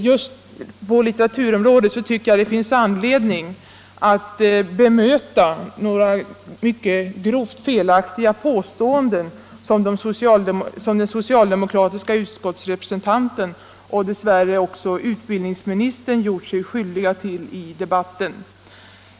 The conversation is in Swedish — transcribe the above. Just på litteraturområdet anser jag att det finns anledning bemöta några grovt felaktiga påståenden som den socialdemokratiska utskottsrepresentanten och dess värre också utbildningsministern gjort sig skyldiga till i debatten.